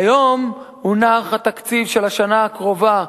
היום הונח התקציב של השנה הקרובה,